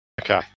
Okay